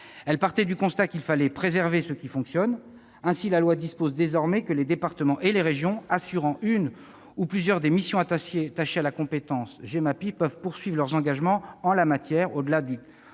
Elle partait du constat qu'il fallait préserver ce qui fonctionne. Ainsi la loi dispose désormais que les départements et les régions assurant une ou plusieurs des missions attachées à la compétence Gemapi peuvent poursuivre leurs engagements en la matière au-delà du